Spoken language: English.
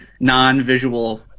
non-visual